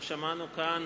שמענו כאן